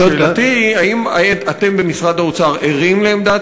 שאלתי היא: האם אתם במשרד האוצר ערים לעמדת